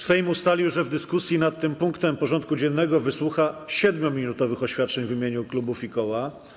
Sejm ustalił, że w dyskusji nad punktem porządku dziennego wysłucha 7-minutowych oświadczeń w imieniu klubów i koła.